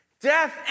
Death